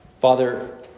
Father